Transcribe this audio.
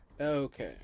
Okay